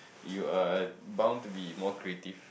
you are uh bound to be more creative